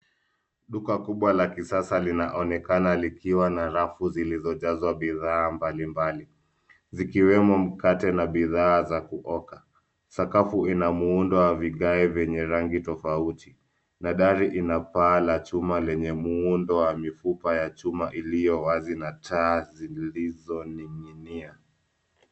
Duka kubwa la kisasa linaonekana likiwa na rafu zilizojazwa bidhaa mbalimbali. Zikiwemo mkate na bidhaa za kuoka. Sakafu ina muundo wa vigae venye rangi tofauti na dari ina paa la chuma lenye muundo wa mifupa ya chuma iliyo wazi na taa zilizoning'inia.